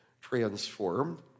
transformed